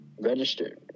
registered